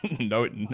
No